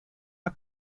are